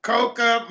Coca